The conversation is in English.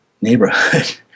neighborhood